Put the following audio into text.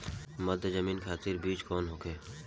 मध्य जमीन खातिर बीज कौन होखे?